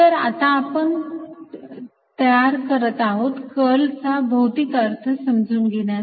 तर आता आपण तयार आहोत कर्लचा भौतिक अर्थ समजून घेण्यासाठी